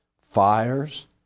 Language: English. fires